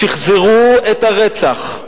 שחזרו את הרצח.